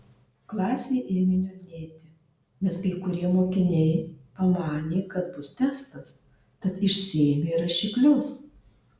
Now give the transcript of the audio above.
klasė ėmė niurnėti nes kai kurie mokiniai pamanė kad bus testas tad išsiėmė rašiklius